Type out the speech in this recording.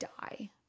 die